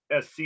SC